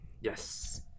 Yes